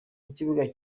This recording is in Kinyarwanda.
n’ikibuga